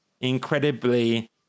incredibly